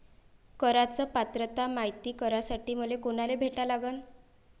कराच पात्रता मायती करासाठी मले कोनाले भेटा लागन?